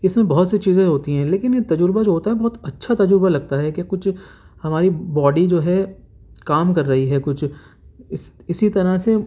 اس میں بہت سی چیزیں ہوتی ہیں لیکن یہ تجربہ جو ہوتا ہے بہت اچھا تجربہ لگتا ہے کہ کچھ ہماری باڈی جو ہے کام کر رہی ہے کچھ اس اسی طرح سے